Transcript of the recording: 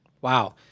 Wow